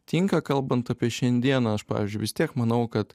tinka kalbant apie šiandieną aš pavyzdžiui vis tiek manau kad